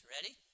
Ready